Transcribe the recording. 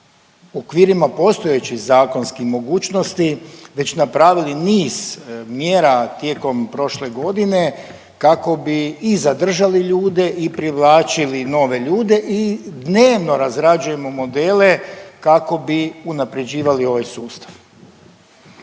okvirima postojećih zakonskih mogućnosti već napravili niz mjera tijekom prošle godine kako bi i zadržali ljude i privlačili nove ljude i dnevno razrađujemo modele kako bi unaprjeđivali ovaj sustav.